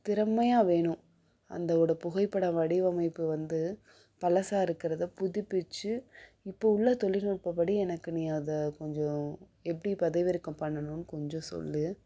திறமையாக வேணும் அந்தவோட புகைப்பட வடிவமைப்பு வந்து பழசா இருக்கிறத புதுப்பித்து இப்போ உள்ள தொழில்நுட்ப படி எனக்கு நீ அதை கொஞ்சம் எப்படி பதிவிறக்கம் பண்ணணும்னு கொஞ்சம் சொல்